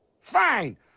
Fine